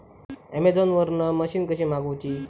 Amazon वरन machine कशी मागवची?